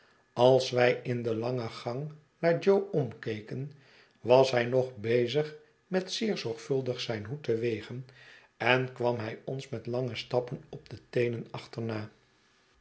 als wij in den langen gang naar jo omkeken was hij nogbezig met zeer zorgvuldig zijn hoed te wegen en kwam hij ons met lange stappen op de teenen achterna